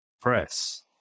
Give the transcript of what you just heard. press